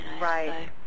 Right